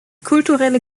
kulturelle